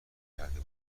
کرده